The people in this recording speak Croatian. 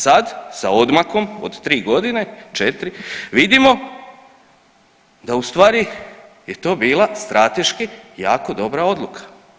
Sad sa odmakom od 3 godine 4 vidimo da u stvari je to bila strateški jako dobra odluka.